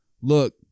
look